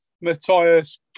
Matthias